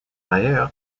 ailleurs